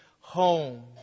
home